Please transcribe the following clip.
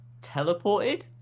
teleported